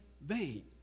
vain